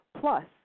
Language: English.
plus